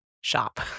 shop